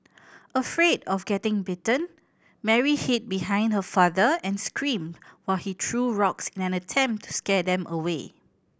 afraid of getting bitten Mary hid behind her father and screamed while he true rocks in an attempt to scare them away